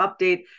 update